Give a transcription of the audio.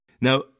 Now